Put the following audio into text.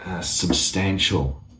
substantial